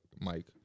Mike